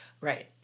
Right